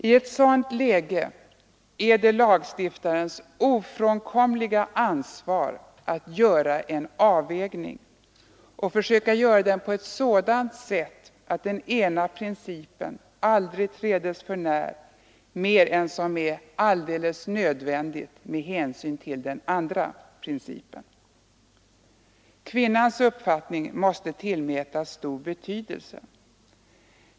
I ett sådant läge är det lagstiftarens ofrånkomliga ansvar att göra en avvägning och försöka göra den på sådant sätt att den ena principen aldrig trädes för när mer än som är alldeles nödvändigt med hänsyn till den andra principen. Kvinnans uppfattning måste tillmätas stor betydelse.